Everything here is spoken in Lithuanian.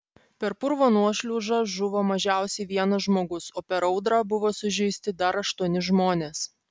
per purvo nuošliaužą žuvo mažiausiai vienas žmogus o per audrą buvo sužeisti dar aštuoni žmonės